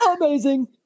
amazing